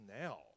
now